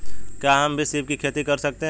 क्या हम भी सीप की खेती कर सकते हैं?